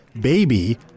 Baby